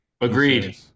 Agreed